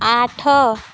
ଆଠ